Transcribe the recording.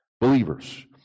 believers